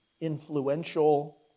influential